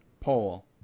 Pole